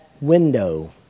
window